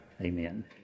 amen